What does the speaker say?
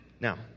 Now